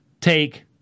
take